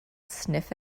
sniff